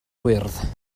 wyrdd